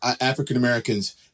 African-Americans